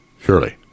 Surely